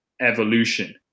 evolution